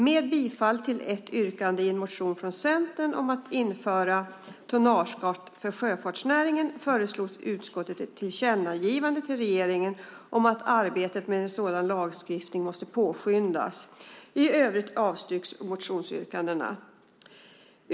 Med bifall till ett yrkande i en motion från Centern om att införa tonnageskatt för sjöfartsnäringen föreslår utskottet ett tillkännagivande till regeringen om att arbetet med en sådan lagstiftning måste påskyndas. I övrigt avstyrks motionsyrkandena.